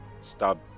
stop